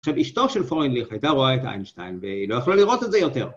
עכשיו אשתו של פרוינליך הייתה רואה את איינשטיין, והיא לא יכולה לראות את זה יותר.